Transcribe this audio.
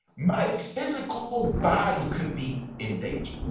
my physical body could be in danger.